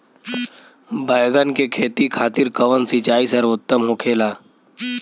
बैगन के खेती खातिर कवन सिचाई सर्वोतम होखेला?